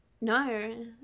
No